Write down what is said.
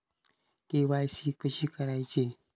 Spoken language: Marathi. के.वाय.सी कशी करायची?